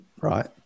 right